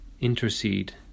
intercede